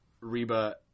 Reba